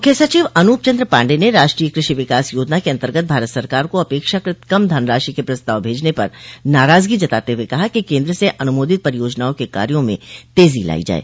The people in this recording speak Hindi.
मुख्य सचिव अनूप चन्द पाण्डेय ने राष्ट्रीय कृषि विकास योजना के अन्तर्गत भारत सरकार को अपेक्षाकृत कम धनराशि के प्रस्ताव भेजने पर नाराजगी जताते हुए कहा है कि केन्द्र से अनुमोदित परियोजनाओं के कार्यो में तेजी लायी जाये